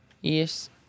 Yes